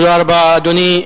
תודה רבה, אדוני.